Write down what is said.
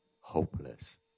hopeless